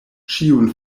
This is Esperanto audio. ĉiun